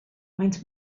maent